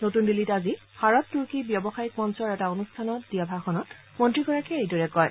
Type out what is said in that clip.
নতুন দিল্লীত আজি ভাৰত তুৰ্কী ব্যৱসায়িক মঞ্চৰ এটা অনুষ্ঠানত দিয়া ভাষণত মন্ত্ৰীগৰাকীয়ে এইদৰে কয়